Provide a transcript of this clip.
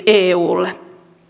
eulle